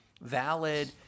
valid